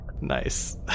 Nice